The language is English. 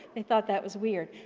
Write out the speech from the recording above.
they thought that was weird,